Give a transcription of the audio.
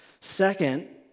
Second